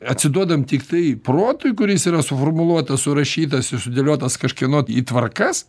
atsiduodam tiktai protui kuris yra suformuluotas surašytas ir sudėliotas kažkieno tvarkas